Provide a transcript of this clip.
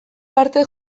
parte